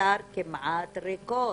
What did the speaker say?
המעצר כמעט ריקות?